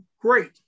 great